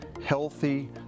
healthy